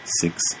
six